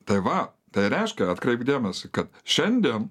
tai va tai reiškia atkreipk dėmesį kad šiandien